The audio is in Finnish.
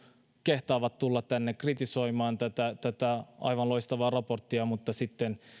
kehtaavat tulla tänne kritisoimaan tätä tätä aivan loistavaa raporttia mutta sitten